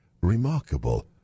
remarkable